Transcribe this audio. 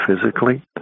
physically